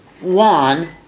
one